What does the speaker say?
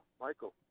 Michael